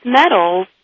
metals